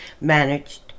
managed